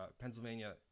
Pennsylvania